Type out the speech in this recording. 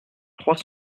trois